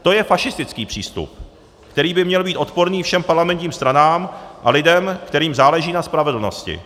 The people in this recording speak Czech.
To je fašistický přístup, který by měl být odporný všem parlamentním stranám a lidem, kterým záleží na spravedlnosti.